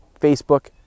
Facebook